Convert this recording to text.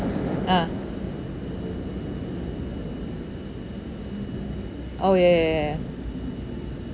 ah orh ya ya ya ya